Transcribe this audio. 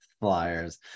flyers